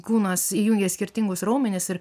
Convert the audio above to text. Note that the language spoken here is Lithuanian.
kūnas įjungia skirtingus raumenis ir